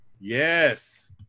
Yes